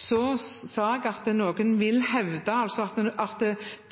Jeg sa noen vil hevde at